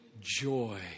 joy